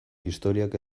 historiak